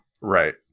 Right